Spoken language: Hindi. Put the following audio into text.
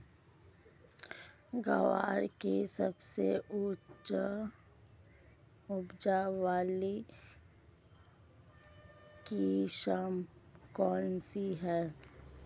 ग्वार की सबसे उच्च उपज वाली किस्म कौनसी है?